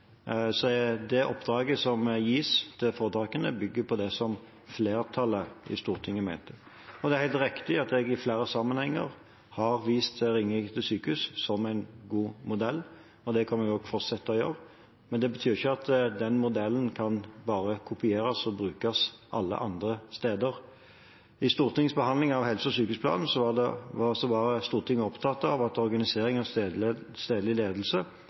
Det oppdraget som gis til foretakene, bygger på det som flertallet i Stortinget mente. Det er helt riktig at jeg i flere sammenhenger har vist til Ringerike sykehus som en god modell, og det kommer jeg til å fortsette å gjøre. Men det betyr ikke at den modellen bare kan kopieres og brukes alle andre steder. I Stortingets behandling av helse- og sykehusplanen var Stortinget opptatt av at organiseringen av stedlig ledelse